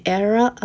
era